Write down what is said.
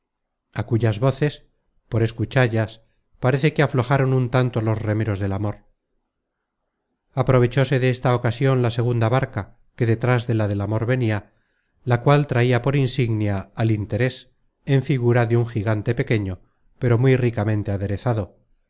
a cuyas voces por escuchallas parece que aflojaron un tanto los remeros del amor aprovechóse de esta ocasion la segunda barca que detras de la del amor venia la cual traia por insignia al interes en figura de un gigante pequeño pero muy ricamente aderezado